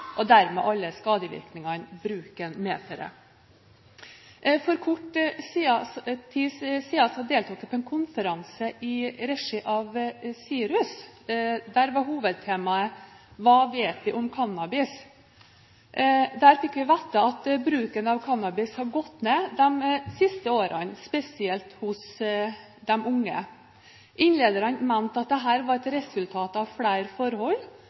og dermed alle de skadevirkningene bruken medfører. For kort tid siden deltok jeg på en konferanse i regi av SIRUS. Hovedtemaet var «Hva vet vi om cannabis?» Der fikk vi vite at bruken av cannabis har gått ned de siste årene, spesielt hos de unge. Innlederne mente at dette var et resultat av flere forhold,